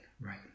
Right